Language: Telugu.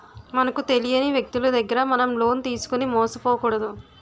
మనకు తెలియని వ్యక్తులు దగ్గర మనం లోన్ తీసుకుని మోసపోకూడదు